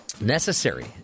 necessary